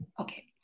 Okay